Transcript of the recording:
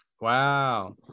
Wow